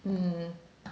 mm